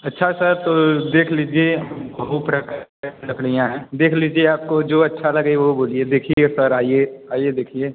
अच्छा सर तो देख लीजिए बहुत प्रकार की लड़कियाँ हैं देख लीजिए आपको जो अच्छा लगे वो बोलिए देखिए सर आइए आइए देखिए